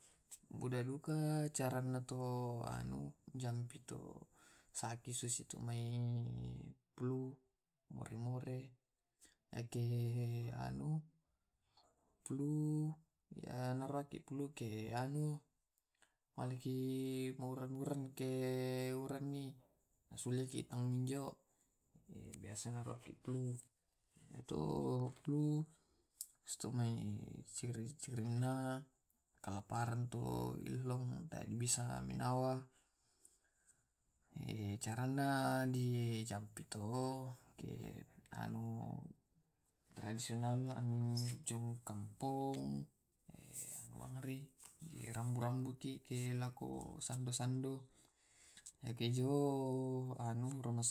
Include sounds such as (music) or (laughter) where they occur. (hesitation) yake biasa to narau batuk na flu iyato more more, yake iyato flu biasa na kennaki walorong wate cakke. Ciri cirinya tu flu bolokeng, tasumba tu masessaki manyawa, (hesitation) biasa to pajampinna muda di balu di apotik atau lao ki dirumah sakit malai. Ruki ki tau manu batuk jampi jampinna daun daun di inung yakke laoki rumah